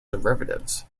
derivatives